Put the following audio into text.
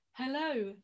Hello